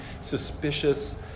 suspicious